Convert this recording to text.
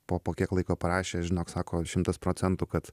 po po kiek laiko parašė žinok sako šimtas procentų kad